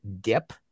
dip